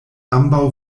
ambaŭ